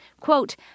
quote